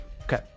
Okay